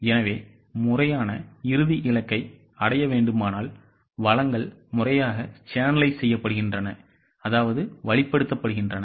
எனவே முறையான இறுதி இலக்கை அடைய வேண்டுமானால் வளங்கள் முறையாக சேனலைஸ் செய்யப்படுகின்றன அதவது வழிப்படுத்தப்படுகின்றன